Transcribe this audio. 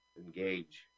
engage